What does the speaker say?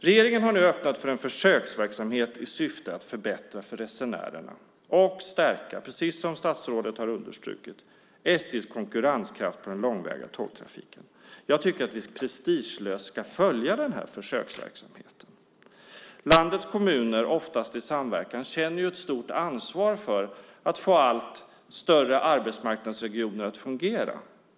Regeringen har nu öppnat för en försöksverksamhet i syfte att förbättra för resenärerna och stärka, precis som statsrådet har understrukit, SJ:s konkurrenskraft på den långväga tågtrafiken. Jag tycker att vi prestigelöst ska följa denna försöksverksamhet. Landets kommuner, oftast i samverkan, känner ett stort ansvar för att få allt större arbetsmarknadsregioner att fungera.